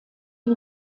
die